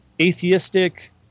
atheistic